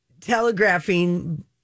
telegraphing